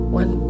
one